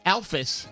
Alphys